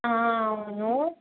ఆ అవును